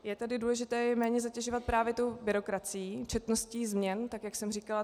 Je tedy důležité je méně zatěžovat právě tou byrokracií, četností změn, tak jak jsem říkala.